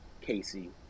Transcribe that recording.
Casey